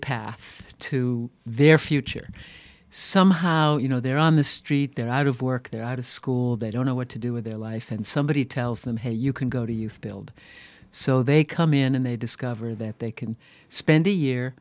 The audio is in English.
path to their future somehow you know they're on the street they're out of work out of school they don't know what to do with their life and somebody tells them hey you can go to youth build so they come in and they discover that they can spend a year